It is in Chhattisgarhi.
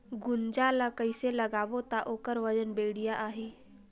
गुनजा ला कइसे लगाबो ता ओकर वजन हर बेडिया आही?